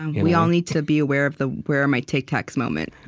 we all need to be aware of the where are my tic tacs? moment.